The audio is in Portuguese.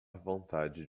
vontade